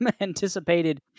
anticipated